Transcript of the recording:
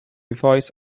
voice